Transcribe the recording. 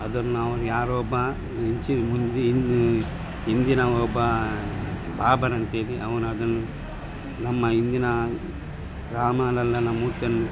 ಅದನ್ನು ಅವನು ಯಾರೋ ಒಬ್ಬ ಮುಂಚೆ ಹಿಂದೆ ಹಿಂದಿ ಹಿಂದಿನವ ಒಬ್ಬ ಬಾಬರ್ ಅಂತ್ಹೇಳಿ ಅವನು ಅದನ್ನು ನಮ್ಮ ಹಿಂದಿನ ರಾಮ ಲಲ್ಲನ ಮೂರ್ತಿಯನ್ನು